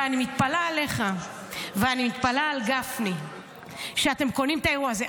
ואני מתפלאת עליך ואני מתפלאת על גפני שאתם קונים את האירוע הזה.